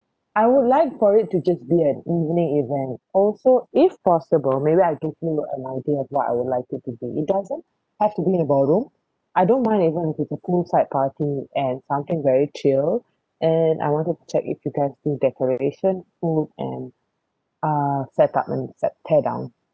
I would like for it to just be an evening event also if possible maybe I give you an idea of what I would like to it doesn't have to be a ballroom I don't mind even if it's a poolside party and something very chill and I wanted to check if you guys do decoration food and uh set up I mean set tear down